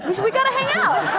we got to hang out.